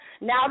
now